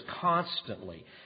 constantly